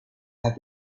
have